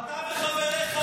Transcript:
אתה וחבריך לא ראויים לו.